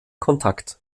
kontakt